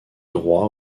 droit